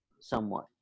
somewhat